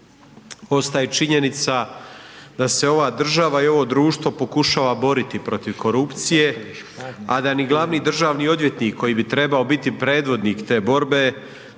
Ostaje činjenica da se ova država i ovo društvo pokušava boriti protiv korupcije, a da ni glavni državni odvjetnik koji bi trebao biti predvodnik te borbe